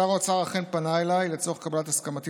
שר האוצר אכן פנה אליי לצורך קבלת הסכמתי